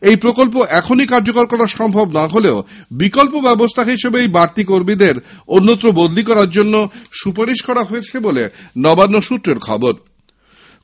এই প্রকল্প এখনই কার্যকরী করা সম্ভব না হলে বিকল্প ব্যবস্থা হিসাবে এই বাড়তি কর্মীদের অন্যত্র বদলি করার জন্যে সুপারিশ করা হয়েছে বলে নবান্ন সূত্রে জানা গিয়েছে